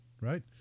right